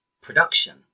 production